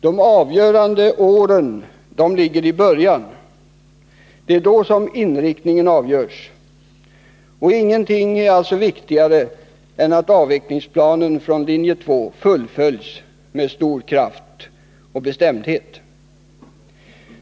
De avgörande åren ligger i början. Det är då inriktningen avgörs. Ingenting är viktigare än att avvecklingsplanen från linje 2 fullföljs med stor kraft och bestämdhet.